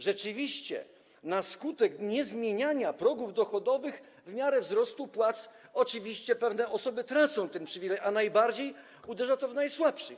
Rzeczywiście na skutek niezmieniania progów dochodowych w miarę wzrostu płac oczywiście pewne osoby tracą ten przywilej, a najbardziej uderza to w najsłabszych.